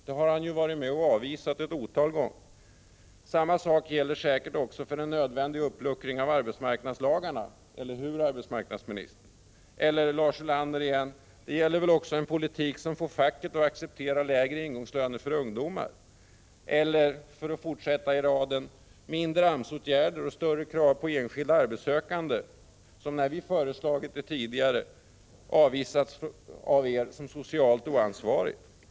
Det har han ju avvisat otaliga gånger. Samma sak gäller säkerligen för en nödvändig uppluckring av arbetsmarknadslagarna — eller hur, arbetsmarknadsministern? Eller återigen till Lars Ulander: Detsamma gäller väl också en politik som får facket att acceptera lägre ingångslöner för ungdomar? Eller för att fortsätta uppräkningen: mindre AMS-åtgärder och större krav på den enskilde arbetssökande, något som ni tidigare, när vi har föreslagit detta, har avvisat som socialt oansvarigt.